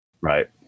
right